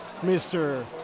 Mr